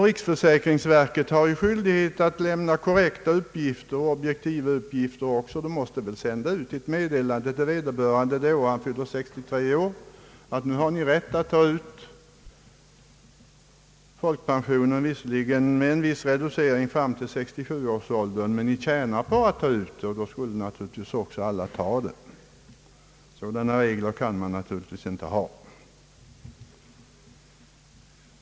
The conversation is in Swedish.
Riksförsäkringsverket har skyldighet att lämna korrekta och objektiva uppgifter och skulle väl också bli tvunget att sända ett meddelande till vederbörande det år han fyller 63 år om att han har rätt att ta ut folkpensionen, visserligen med någon reducering fram till 67 år. Verket måste i så fall också framhålla att vederbörande tjänar på att ta ut pensionen. Naturligtvis skulle då alla ta ut förtidspension. — Sådana regler kan man naturligtvis inte ha.